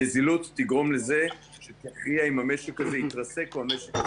הנזילות תכריע אם המשק הזה יתרסק או לא.